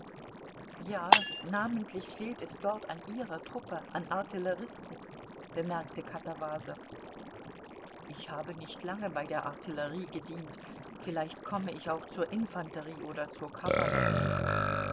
ja namentlich fehlt es dort an ihrer truppe an artilleristen bemerkte katawasow ich habe nicht lange bei der artillerie gedient vielleicht komme ich auch zur infanterie oder zur kavallerie